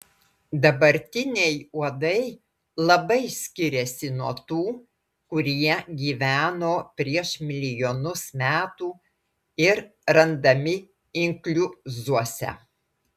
dabartiniai uodai labai skiriasi nuo tų kurie gyveno prieš milijonus metų ir randami inkliuzuose